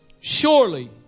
Surely